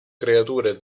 creature